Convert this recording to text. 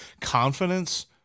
confidence